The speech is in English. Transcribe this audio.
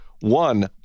one